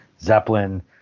Zeppelin